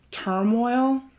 turmoil